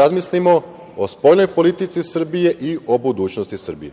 razmislimo o spoljnoj politici Srbije i o budućnosti Srbije.